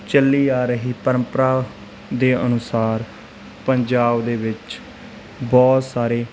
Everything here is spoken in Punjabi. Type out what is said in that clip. ਚੱਲੀ ਆ ਰਹੀ ਪਰੰਪਰਾ ਦੇ ਅਨੁਸਾਰ ਪੰਜਾਬ ਦੇ ਵਿੱਚ ਬਹੁਤ ਸਾਰੇ